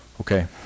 Okay